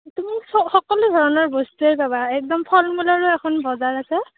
তুমি স সকলো ধৰণৰ বস্তুৱেই পাবা একদম ফল মূলৰো এখন বজাৰ আছে